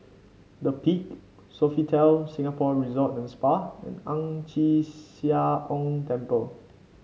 The Peak Sofitel Singapore Resort and Spa and Ang Chee Sia Ong Temple